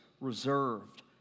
reserved